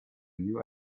new